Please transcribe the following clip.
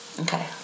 Okay